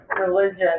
religion